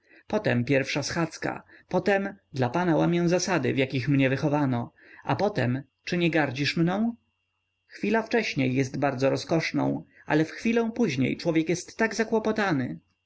potem pierwsza schadzka potem dla pana łamię zasady w jakich mnie wychowano a potem czy nie gardzisz mną chwila wcześniej jest bardzo rozkoszną ale w chwilę później człowiek jest tak